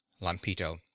Lampito